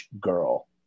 girl